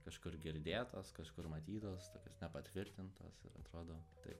kažkur girdėtos kažkur matytos tokios nepatvirtintos ir atrodo taip